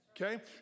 Okay